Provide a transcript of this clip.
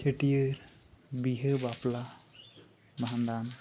ᱪᱷᱟᱹᱴᱭᱟᱹᱨ ᱵᱤᱦᱟᱹ ᱵᱟᱯᱞᱟ ᱵᱷᱟᱸᱰᱟᱱ